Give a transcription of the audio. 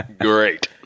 great